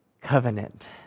covenant